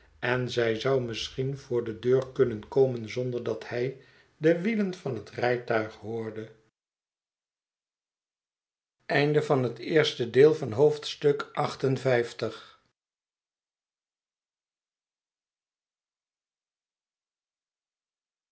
en zij zou misschien voor de deur kunnen komen zonder dat hij de wielen van het rijtuig hoorde